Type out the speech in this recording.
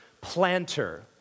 planter